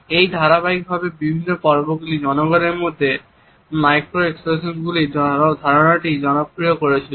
এই ধারাবাহিকের বিভিন্ন পর্বগুলি জনগণের মধ্যে মাইক্রো এক্সপ্রেশনগুলির ধারণাটি জনপ্রিয় করেছিল